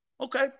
Okay